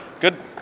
Good